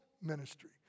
ministry